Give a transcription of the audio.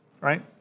Right